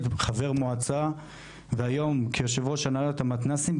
חבר מועצה והיום כיו"ר הנהלת המתנ"סים,